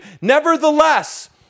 Nevertheless